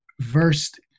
versed